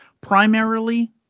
primarily